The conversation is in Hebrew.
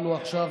ממך.